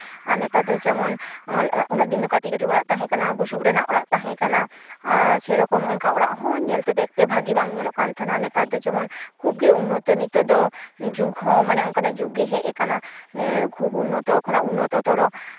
ᱟᱨ ᱱᱮᱛᱟᱨ ᱫᱚ ᱡᱮᱢᱚᱱ ᱩᱱᱟᱹᱜ ᱫᱤᱱ ᱫᱚ ᱠᱟᱹᱴᱤᱡ ᱠᱟᱹᱴᱤᱡ ᱚᱲᱟᱜ ᱛᱟᱦᱮᱸᱠᱟᱱᱟ ᱵᱩᱥᱩᱵ ᱨᱮᱱᱟᱜ ᱚᱲᱟᱜ ᱛᱟᱦᱮᱸᱠᱟᱱᱟ ᱟᱨ ᱥᱮᱨᱚᱠᱚᱢ ᱚᱱᱠᱟ ᱚᱲᱟᱜ ᱦᱚᱸ ᱧᱮᱞᱛᱮ ᱫᱮᱠᱷᱛᱮ ᱵᱷᱟᱜᱮ ᱵᱟᱝ ᱧᱮᱞᱚᱜ ᱠᱟᱱ ᱛᱟᱦᱮᱱᱟ ᱱᱮᱛᱟᱨ ᱫᱚ ᱡᱮᱢᱚᱱ ᱠᱷᱩᱵᱽᱜᱮ ᱩᱱᱱᱚᱛᱚ ᱱᱮᱛᱟᱨ ᱫᱚ ᱡᱩᱜᱽ ᱦᱚᱸ ᱢᱟᱱᱮ ᱚᱱᱠᱟᱱᱟᱜ ᱡᱩᱜᱽ ᱜᱮ ᱦᱮᱡ ᱠᱟᱱᱟ ᱠᱷᱩᱵᱽ ᱩᱱᱱᱚᱛᱚ ᱠᱷᱚᱱᱟᱜ ᱩᱱᱱᱚᱛᱚ ᱛᱚᱨᱚ